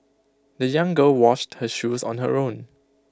the young girl washed her shoes on her own